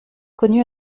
connu